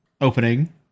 opening